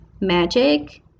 magic